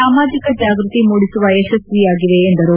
ಸಾಮಾಜಿಕ ಜಾಗ್ವತಿ ಮೂಡಿಸುವಲ್ಲಿ ಯಶಸ್ತಿಯಾಗಿವೆ ಎಂದರು